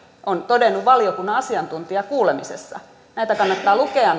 on todennut valiokunnan asiantuntijakuulemisessa näitä lappuja kannattaa lukea